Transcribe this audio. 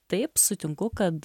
taip sutinku kad